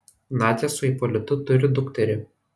nadia su ipolitu turi dukterį